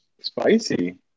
Spicy